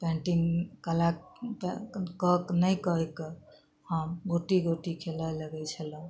painting कला कऽ नहि कऽ कऽ हम गोटी गोटी खेलै लगै छलहुॅं